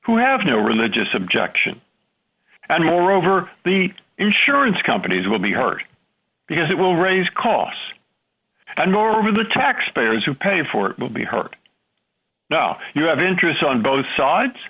who have no religious objection and moreover the insurance companies will be hurt because it will raise costs nor will the taxpayers who pay for it will be hurt no you have interests on both sides